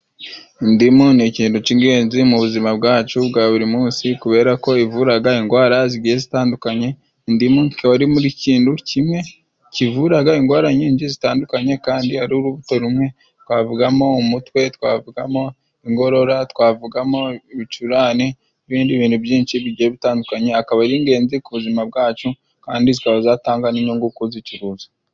Indimu ni ikintu cy'ingenzi mu buzima bwacu bwa buri munsi kubera ko ivuraga ingwara zigiye zitandukanye. Indimu zikaba ziri mu kintu kimwe kivuraga ingwara nyinshi zitandukanye kandi ari urubuto rumwe, twavugamo umutwe, twavugamo inkorora, twavugamo ibicurane n'ibindi bintu byinshi bigiye bitandukanye. Akaba ari ingenzi ku buzima bwacu kandi zikaba zatanga n'inyungu kuzicuruza.